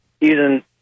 using